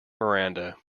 miranda